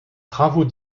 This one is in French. travaux